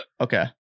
okay